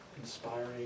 inspiring